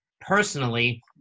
personally